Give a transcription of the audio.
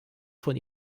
von